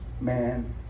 man